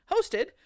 hosted